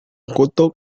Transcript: kotak